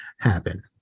happen